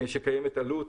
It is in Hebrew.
שקיימת עלות.